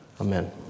Amen